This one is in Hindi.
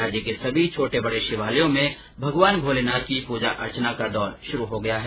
राज्य के सभी छोटे बड़े शिवालयों में भगवान भोलेनाथ की पूजा अर्चना का दौर शुरू हो गया है